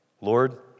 Lord